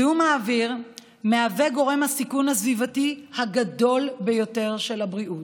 זיהום האוויר הוא גורם הסיכון הסביבתי הגדול ביותר של הבריאות.